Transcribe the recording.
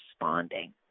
responding